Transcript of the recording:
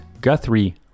Guthrie